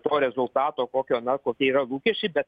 to rezultato kokio na kokie yra lūkesčiai bet